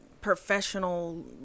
professional